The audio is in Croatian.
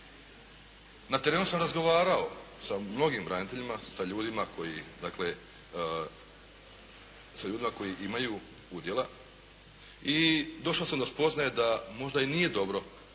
Na terenu sam razgovarao sa mnogim braniteljima, sa ljudima koji dakle sa ljudima koji imaju udjela i došao sam do spoznaje da možda i nije dobro da